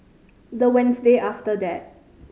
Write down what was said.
the Wednesday after that